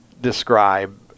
describe